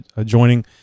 joining